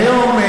היום,